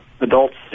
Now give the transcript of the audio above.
adults